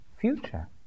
future